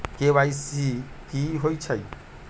KYC कि होई छई?